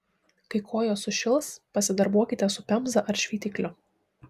kai kojos sušils pasidarbuokite su pemza ar šveitikliu